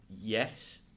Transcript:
yes